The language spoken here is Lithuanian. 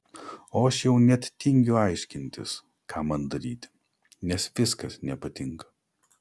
o aš jau net tingiu aiškintis ką man daryti nes viskas nepatinka